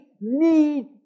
need